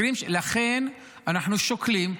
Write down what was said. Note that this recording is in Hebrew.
והוא ממשיך להחזיק אותם?